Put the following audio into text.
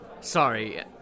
Sorry